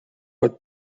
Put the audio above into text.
would